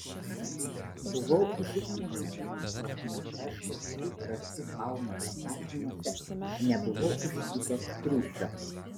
buvau įsitikinęs jog nė karto šių kraštų faunos aprašymuose nebuvau užtikęs triušio